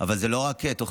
אבל זה לא רק תוכניות.